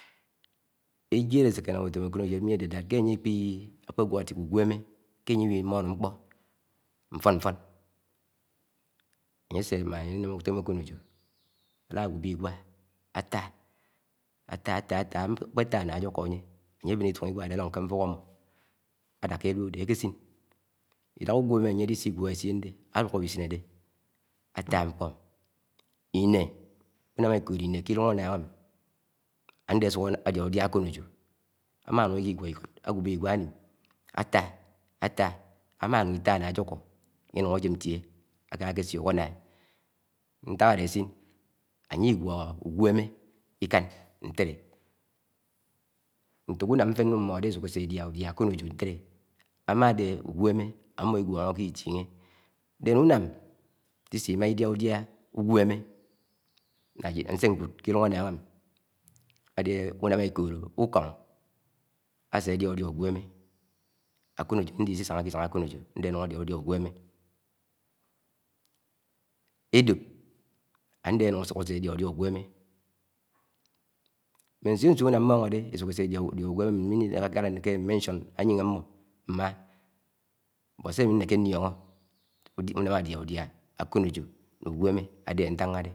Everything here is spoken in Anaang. ejied aséke ánám ut́óm ókọnojọ mi ade ke aǹyé ákpéwọ, atike ké ańye iẃi ímọṇo nḱpọ nfọnfọn ańye áse ámá inám utóm Ákọnejọ alágúbe iǵwa áta átá átá aḱpe̱tá ńaha ajúkó ańye añye abén itúṇ iǵwá ade alon ké nfúk ámmọ adáká álúk ebé akésin. Idáha ugẃéme ańye alísi iywóhó ésien dé añún áwisínede atá nḱpọ iñé, unám eḱọlọ ine ke uúṇg ánnánám ade asúk ádiá udiá akọń ejọ aḿanúk ikígwó ikód ógúbe iǵwe anim áta, ata. ámánụ ita náh. ágúkọ anye anu ajém ntíe akákésụk ana, ñtak áde asin ańye igwóhó ugwéme ikán ntélé. ntọk unám ñfẹn nsúk m̄mọde esúke ése edia udia ọkọnéjo ñtélé amade ugwéme ammọ ígúọhọke ítinh́e. ńdien unam sisi ima idia udia ugweme ńá nśé nkúd ade unám ekọlọ. ukọm, ásédia údia ugwéme. Ókọn ejọ áde isisáháke isáng akọnejọ ade anụn ádia údia úgwéme Édọp adé ánún ásụk aśe ádiá údiá úgwéme mḿe ńsiọ ńsiọ únám mmọhọde esuke ése ediá udiá ugwéme ami nikọra ́ nkárá nnéké nsiák ayin ammo mma mḱpọ sé ami nneke nliono nte unám adia ́ udiá akọn ejo ne ugwémé ada ntánhade